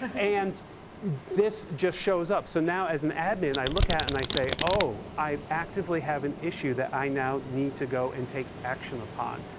ah and this just shows up. so now as an admin, i look at it and i say oh, i actively have an issue, that i now need to go and take action upon.